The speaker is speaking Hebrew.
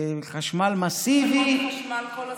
חשמל מסיבי, הפסקות חשמל כל הזמן.